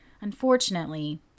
Unfortunately